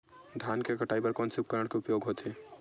धान के कटाई बर कोन से उपकरण के उपयोग होथे?